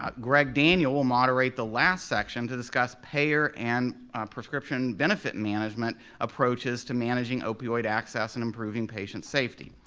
ah greg daniel will moderate the last section to discuss payer and prescription benefit management approaches to managing opioid access and improving patient safety.